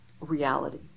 reality